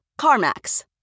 CarMax